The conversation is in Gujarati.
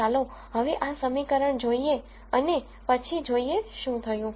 ચાલો હવે આ સમીકરણ જોઈએ અને પછી જોઈએ શું થયું